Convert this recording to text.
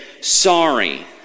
sorry